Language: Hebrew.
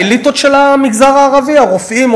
האליטות של המגזר הערבי: הרופאים,